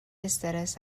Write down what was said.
استرس